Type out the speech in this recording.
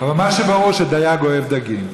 אבל מה שברור, שדייג אוהב דגים.